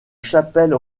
chapelle